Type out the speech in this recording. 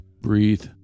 breathe